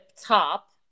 top